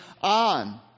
on